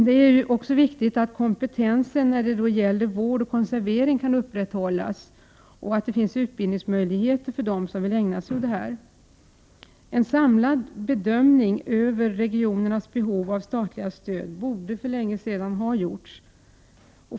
Det är också viktigt att kompetensen för vård och konservering kan upprätthållas och att det finns utbildningsmöjligheter för dem som vill ägna sig åt sådant. En samlad bedömning av regionernas behov av statliga stöd borde för länge sedan ha gjorts.